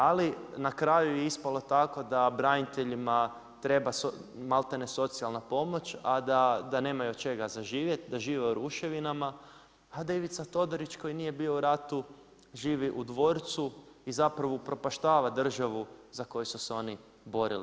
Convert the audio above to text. Ali, na kraju je ispalo tako da braniteljima treba malte ne socijalna pomoć, a da nemaju od čega za živjeti, da žive u ruševinama, a da Ivica Todorić koji nije bio u ratu živi u dvorcu i zapravo upropaštava državu za koju su se oni borili.